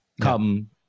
come